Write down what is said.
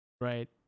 Right